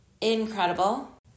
Incredible